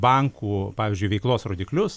bankų pavyzdžiui veiklos rodiklius